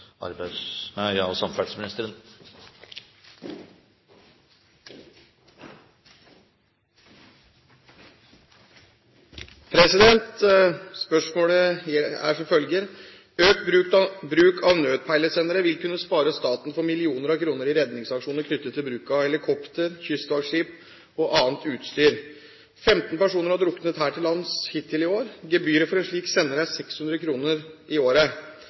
nødpeilesendere vil kunne spare staten for millioner av kroner i redningsaksjoner knyttet til bruk av helikoptre, kystvaktskip og annet utstyr. 15 personer har druknet her til lands hittil i år. Gebyret for en slik sender er 600 kr i året,